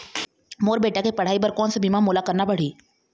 मोर बेटा के पढ़ई बर कोन सा बीमा मोला करना पढ़ही?